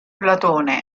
platone